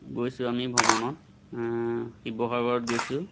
গৈছোঁ আমি ভ্ৰমণত শিৱসাগৰত গৈছোঁ